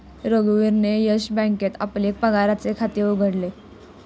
रघुवीरने येस बँकेत आपले पगाराचे खाते उघडले